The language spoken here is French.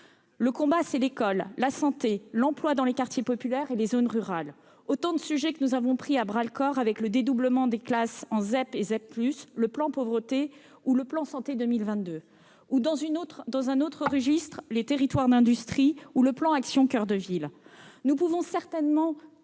Le combat, c'est l'école, la santé, l'emploi dans les quartiers populaires et les zones rurales, autant de sujets que nous avons pris à bras-le-corps avec le dédoublement des classes en REP et REP+, le plan Pauvreté, le plan Ma santé 2022 ou, dans un autre registre, les territoires d'industrie ou le plan Action coeur de ville. Nous pouvons certainement